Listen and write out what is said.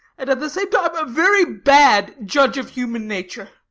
and at the same time a very bad judge of human nature